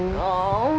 oh